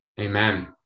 amen